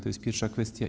To jest pierwsza kwestia.